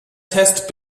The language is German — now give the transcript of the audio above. test